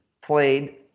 played